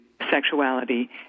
sexuality